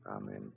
Amen